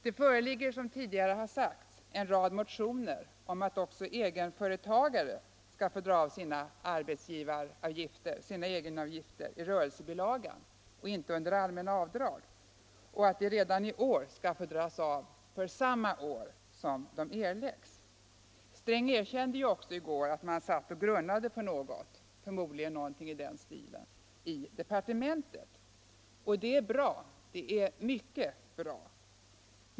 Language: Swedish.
Det föreligger, som tidigare har sagts, en rad motioner om att också egenföretagare skall få dra av sina egenavgifter i rörelsebilagan och inte under allmänna avdrag och att de avgifterna redan i år skall få dras av för samma år som de erlagts. Sträng erkände också i går att man satt och grunnade på något, förmodligen någonting i den stilen, i departementet. Och det är bra, mycket bra.